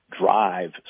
drive